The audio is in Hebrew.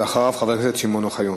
אחריו, חבר הכנסת שמעון אוחיון.